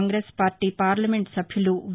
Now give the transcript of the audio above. Congress party parliament సభ్యులు వి